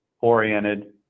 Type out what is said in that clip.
oriented